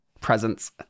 presence